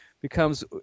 becomes